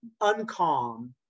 uncalm